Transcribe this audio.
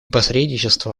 посредничество